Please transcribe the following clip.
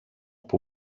που